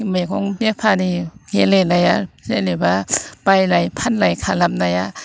मैगं बेफारि गेलेनाया जेनेबा बायलाय फानलाय खालामनाया